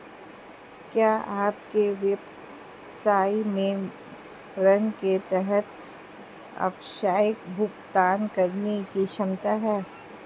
क्या आपके व्यवसाय में ऋण के तहत आवश्यक भुगतान करने की क्षमता है?